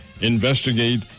investigate